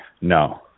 No